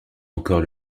encore